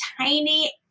tiny